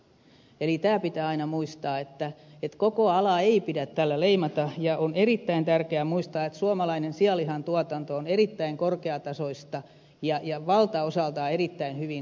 eli tämä pitää aina muistaa että koko alaa ei pidä tällä leimata ja on erittäin tärkeää muistaa että suomalainen sianlihan tuotanto on erittäin korkeatasoista ja valtaosaltaan erittäin hyvin hoidettua